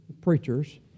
preachers